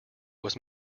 was